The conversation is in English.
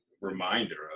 reminder